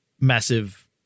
massive